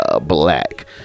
black